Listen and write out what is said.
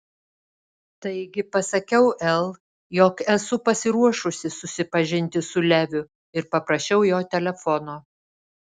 taigi pasakiau el jog esu pasiruošusi susipažinti su leviu ir paprašiau jo telefono